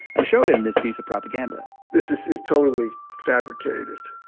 i showed him this piece of propaganda this is totally fabricated.